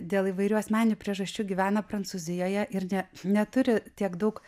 dėl įvairių asmeninių priežasčių gyvena prancūzijoje ir ne neturi tiek daug